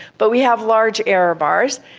but we have large error bars,